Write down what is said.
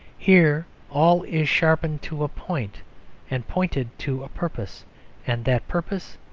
here all is sharpened to a point and pointed to a purpose and that purpose,